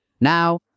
Now